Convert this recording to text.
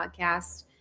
podcast